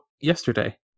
yesterday